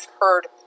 heard